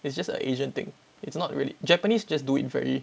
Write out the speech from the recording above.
it's just a asian thing it's not really japanese just do it very